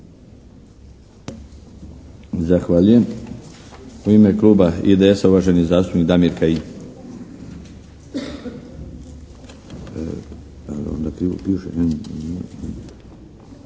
Zahvaljujem. U ime Kluba IDS-a uvaženi zastupnik Damir Kajin.